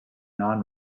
non